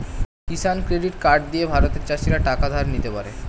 কিষান credit card দিয়ে ভারতের চাষীরা টাকা ধার নিতে পারে